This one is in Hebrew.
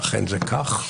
ואכן זה כך.